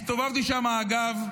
הסתובבתי שם, אגב,